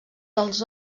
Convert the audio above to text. dels